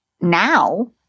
now